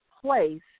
place